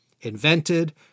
invented